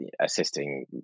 assisting